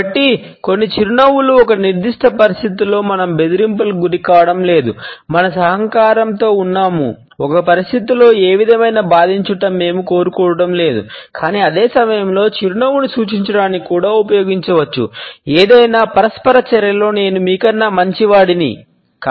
కాబట్టి కొన్ని చిరునవ్వులు ఒక నిర్దిష్ట పరిస్థితిలో మనం బెదిరింపులకు గురికావడం లేదు మనం సహకారంతో ఉన్నాము ఒక పరిస్థితిలో ఏ విధమైన బాధించుటను మేము కోరుకోవడం లేదు కానీ అదే సమయంలో చిరునవ్వును సూచించడానికి కూడా ఉపయోగించవచ్చు "ఏదైనా పరస్పర చర్యలో నేను మీకన్నా మంచివాడిని"